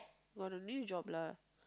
got a new job lah